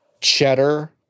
Cheddar